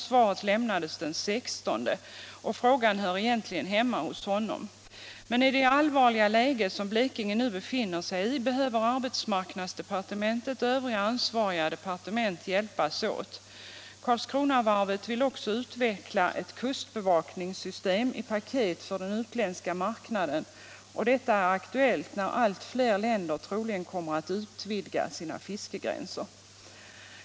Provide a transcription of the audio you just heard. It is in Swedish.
Svaret lämnades den 16. Men i det allvarliga läge som Blekinge nu befinner sig i behöver arbetsmarknadsdepartementet och övriga ansvariga departement hjälpas åt. Karlskronavarvet vill också utveckla ett kustbevakningssystem i paket för den utländska marknaden. Detta är aktuellt när allt fler länder troligen kommer att utvidga sina fiskegränser.